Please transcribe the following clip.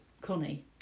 Connie